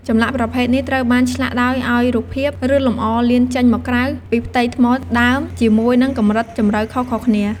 ចម្លាក់ប្រភេទនេះត្រូវបានឆ្លាក់ដោយ ឲ្យរូបភាព ឬលម្អលៀនចេញមកក្រៅពីផ្ទៃថ្មដើម ជាមួយនឹងកម្រិតជម្រៅខុសៗគ្នា។